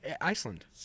iceland